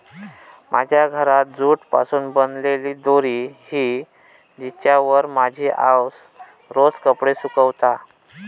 माझ्या घरात जूट पासून बनलेली दोरी हा जिच्यावर माझी आउस रोज कपडे सुकवता